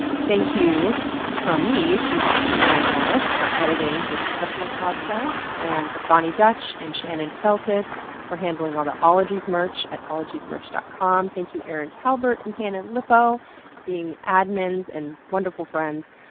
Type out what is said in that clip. thank you from me to steven ray morris for editing this cephalopodcast and to boni dutch and shannon feltus for handling all the ologies merch at ologiesmerch dot com. thank you erin talbert and hannah lipow for being admins and wonderful friends.